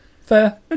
Fair